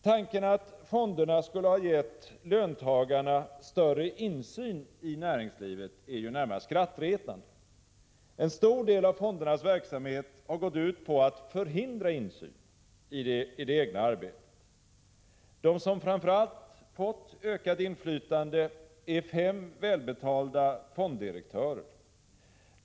Tanken att fonderna skulle ha gett löntagarna större insyn i näringslivet är närmast skrattretande. En stor del av fondernas verksamhet har ju gått ut på att förhindra insyn i det egna arbetet. De som framför allt fått ökat inflytande är fem välbetalda fonddirektörer.